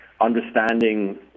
understanding